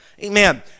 Amen